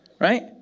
Right